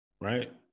right